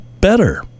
better